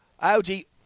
Audi